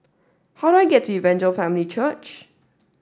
how I get to Evangel Family Church